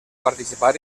participar